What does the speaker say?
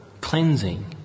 cleansing